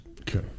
Okay